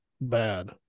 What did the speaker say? bad